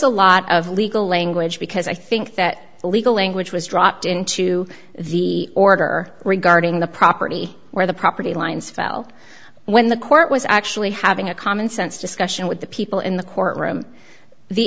a lot of legal language because i think that the legal language was dropped into the order regarding the property where the property lines fell when the court was actually having a commonsense discussion with the people in the courtroom the